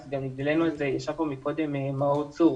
מאור צור